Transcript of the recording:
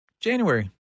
January